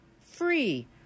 free